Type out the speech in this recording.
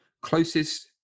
closest